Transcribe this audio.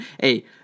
hey